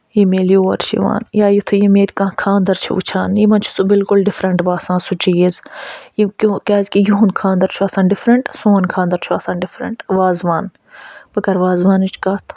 یِم ییٚلہِ یورٕ چھِ یِوان یا یُتھٕے یِم ییٚتہِ کانٛہہ خانٛدَر چھِ وٕچھان یِمَن چھِ سُہ بِلکُل ڈِفرَنٛٹ باسان سُہ چیٖز یہِ کہِ کیٛازِکہِ یِہُنٛد خانٛدَر چھِ آسان ڈِفرَنٹ سون خانٛدَر چھُ آسان ڈِفرَنٹ وازٕ وان بہٕ کَرٕ وازٕ وانٕچ کَتھ